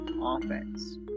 offense